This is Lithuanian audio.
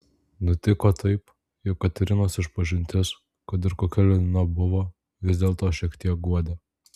nutiko taip jog katerinos išpažintis kad ir kokia liūdna buvo vis dėlto šiek tiek guodė